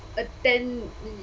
a ten